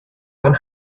one